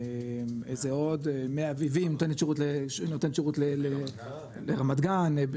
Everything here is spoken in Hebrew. מי אביבים נותנים שירות לרמת-גן.